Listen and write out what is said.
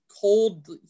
cold